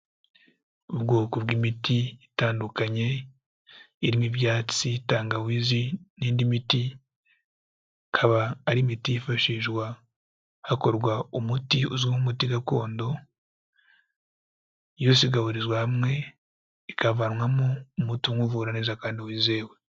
Ubwoko bw'imiti itandukanye, irimo ibyatsi, tangawizi, n'indi miti, kaba ari miti yifashishwa hakorwa umuti, uzwi nk'umuti gakondo, yose igaburizwa hamwe, ikavanwamo umuti umwe uvura neza kandi wizewe.